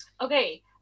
Okay